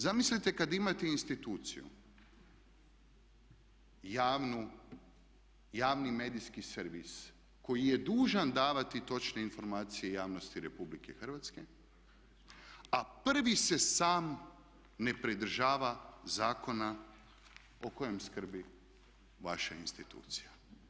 Zamislite kad imate instituciju javnu, javni medijski servis koji je dužan davati točne informacije javnosti RH a prvi se sam ne pridržava zakona o kojem skrbi vaša institucija.